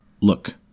Look